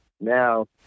Now